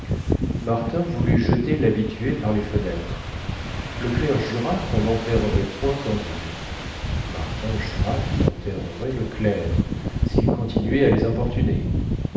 martin voulut jeter l'habitué par les fenêtres le clerc jura qu'on n'enterrerait point candide martin jura qu'il enterrerait le clerc s'il continuait à les importuner